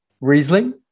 Riesling